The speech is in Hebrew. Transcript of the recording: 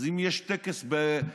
אז אם יש טקס באוקראינה,